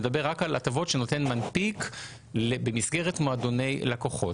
מדבר רק על הטבות שנותן מנפיק במסגרת מועדוני לקוחות.